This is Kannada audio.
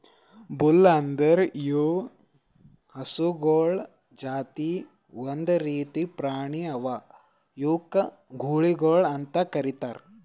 ಬುಲ್ ಅಂದುರ್ ಇವು ಹಸುಗೊಳ್ ಜಾತಿ ಒಂದ್ ರೀತಿದ್ ಪ್ರಾಣಿ ಅವಾ ಇವುಕ್ ಗೂಳಿಗೊಳ್ ಅಂತ್ ಕರಿತಾರ್